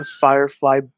Firefly